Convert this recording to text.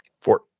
Four